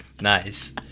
nice